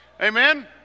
Amen